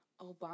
Obama